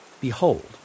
Behold